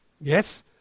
Yes